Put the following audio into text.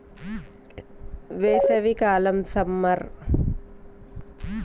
Hybrid విత్తనాలు ఏయే సమయాల్లో వాడాలి?